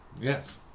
Yes